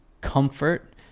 comfort